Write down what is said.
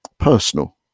personal